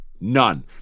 None